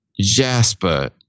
Jasper